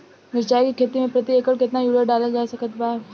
मिरचाई के खेती मे प्रति एकड़ केतना यूरिया डालल जा सकत बा?